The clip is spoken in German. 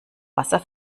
wasser